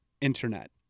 internet